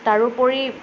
তাৰোপৰি